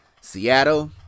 Seattle